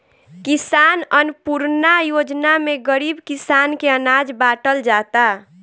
किसान अन्नपूर्णा योजना में गरीब किसान के अनाज बाटल जाता